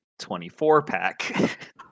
24-pack